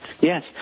Yes